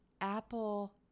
Apple